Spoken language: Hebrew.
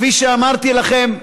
כפי שאמרתי לכם,